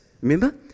Remember